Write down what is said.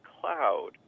cloud